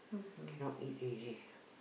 cannot eat already